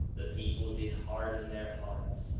the people did harden their hearts,